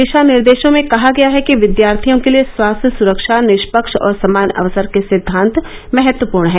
दिशा निर्देशों में कहा गया है कि विद्यार्थियों के लिए स्वास्थ्य सुरक्षा निष्पक्ष और समान अवसर के सिद्वांत महत्वपूर्ण हैं